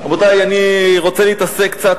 רבותי, אני רוצה להתעסק קצת